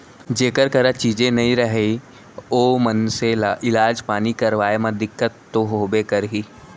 जेकर करा चीजे नइ रही ओ मनसे ल इलाज पानी करवाय म दिक्कत तो होबे करही